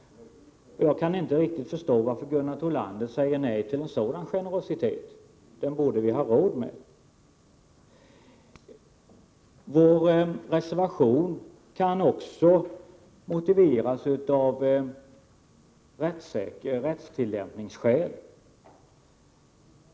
Jag kan inte riktigt förstå varför Gunnar Thollander säger nej till en sådan generositet — den borde vi har råd med. Vår reservation kan också motiveras med rättstillämpningsskäl.